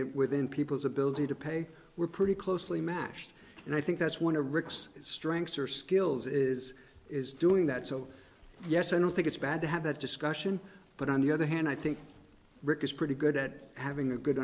it within people's ability to pay were pretty closely matched and i think that's one to rick's strengths or skills is is doing that so yes i don't think it's bad to have that discussion but on the other hand i think rick is pretty good at having a good